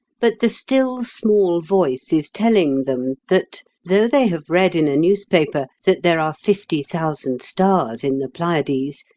but the still small voice is telling them that, though they have read in a newspaper that there are fifty thousand stars in the pleiades,